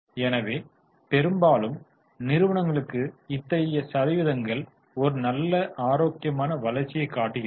எனவே பெரும்பாலும் நிறுவனங்களுக்கு இத்தகைய சதவீதங்கள் ஒரு நல்ல ஆரோக்கியமான வளர்ச்சியை காட்டுகிறது